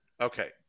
okay